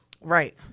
Right